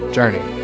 Journey